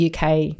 UK